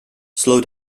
slow